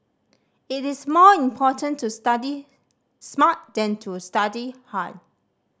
it is more important to study smart than to study hard